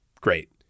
great